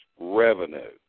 revenue